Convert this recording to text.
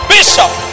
Bishop